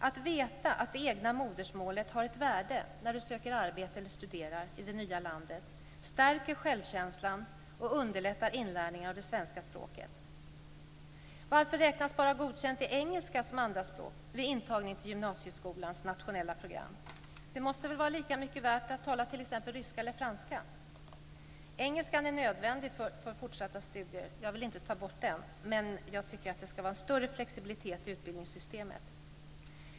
Att veta att det egna modersmålet har ett värde när du söker arbete eller studerar i det nya landet stärker självkänslan och underlättar inlärningen av det svenska språket. Varför räknas bara godkänt i engelska som andra språk vid intagning till gymnasieskolans nationella program? Det måste väl vara lika mycket värt att tala t.ex. ryska eller franska? Engelskan är nödvändig för fortsatta studier. Jag vill inte ta bort den. Men jag tycker att det ska vara en större flexibilitet i utbildningssystemet.